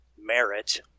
merit